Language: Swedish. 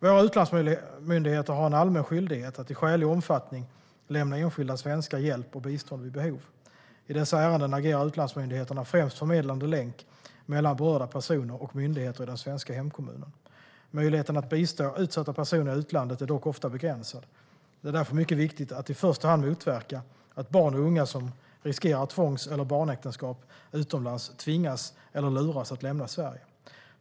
Våra utlandsmyndigheter har en allmän skyldighet att i skälig omfattning lämna enskilda svenskar hjälp och bistånd vid behov. I dessa ärenden agerar utlandsmyndigheterna främst som en förmedlande länk mellan berörda personer och myndigheter i den svenska hemkommunen. Möjligheten att bistå utsatta personer i utlandet är dock ofta begränsad. Det är därför mycket viktigt att i första hand motverka att barn och unga som riskerar tvångs eller barnäktenskap utomlands tvingas eller luras att lämna Sverige.